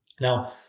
Now